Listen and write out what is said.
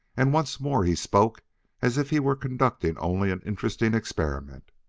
and once more he spoke as if he were conducting only an interesting experiment.